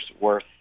worth